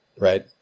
right